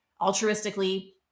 altruistically